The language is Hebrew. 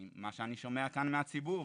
מה שאני שומע כאן מהציבור,